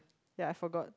ya I forgot